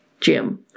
Jim